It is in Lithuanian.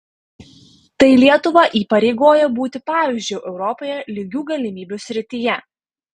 tai lietuvą įpareigoja būti pavyzdžiu europoje lygių galimybių srityje